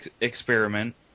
Experiment